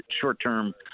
short-term